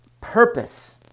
purpose